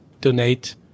donate